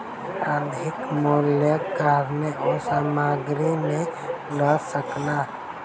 अधिक मूल्यक कारणेँ ओ सामग्री नै लअ सकला